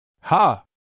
Ha